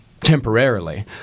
temporarily